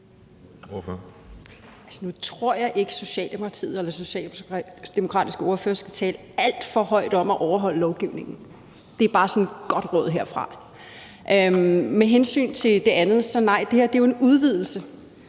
Nu tror jeg ikke, at Socialdemokratiet eller den socialdemokratiske ordfører skal tale alt for højt om at overholde lovgivningen. Det er bare sådan et godt råd herfra. Med hensyn til det andet: Nej, det her er jo en udvidelse.